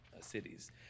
cities